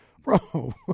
Bro